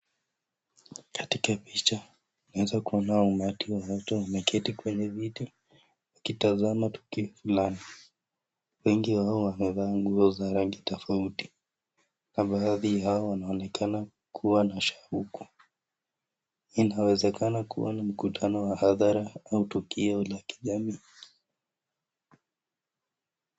Katika picha naweza kuona umati wa watu umeketi kwenye viti ukitaazama tukio fulani. Wengi wao wamevaa nguo za rangi tofauti. Baadhi yao wanaonekana kuwa na shauku. Inawezekana kuwa ni mkutano wa hadhara au tukio la kijamii.